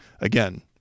again